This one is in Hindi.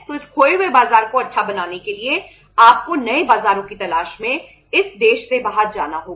तो इस खोए हुए बाजार को अच्छा बनाने के लिए आपको नए बाजारों की तलाश में इस देश से बाहर जाना होगा